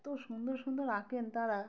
এত সুন্দর সুন্দর আঁকেন তারা